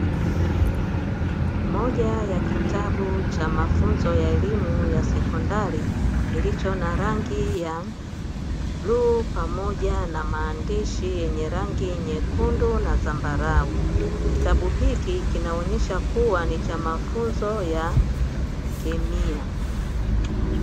Moja ya kitabu cha mafunzo ya elimu ya sekondari, kilicho na rangi ya bluu pamoja na maandiishi yenye rangi nyekundu na zambarau. Kitabu hiki kinaonesha kuwa ni cha mafunzo ya kemia.